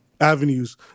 avenues